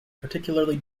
particularly